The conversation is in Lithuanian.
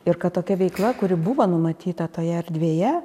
ir kad tokia veikla kuri buvo numatyta toje erdvėje